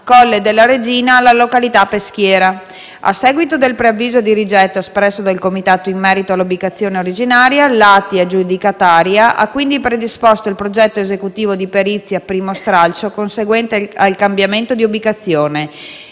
Colle della Regina alla località Peschiera. A seguito del preavviso di rigetto espresso dal Comitato in merito all'ubicazione originaria, l'ATI aggiudicataria ha, quindi, predisposto il progetto esecutivo di perizia del primo stralcio conseguente al cambiamento di ubicazione.